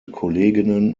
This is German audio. kolleginnen